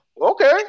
Okay